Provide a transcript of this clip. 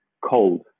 cold